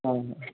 हो